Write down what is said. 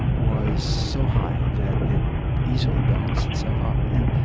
um was so high that it easily balanced itself out. and,